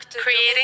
Creating